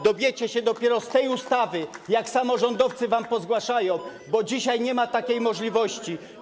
Dowiecie się dopiero z tej ustawy, jak samorządowcy wam pozgłaszają, bo dzisiaj nie ma takiej możliwości.